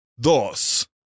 dos